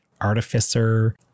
Artificer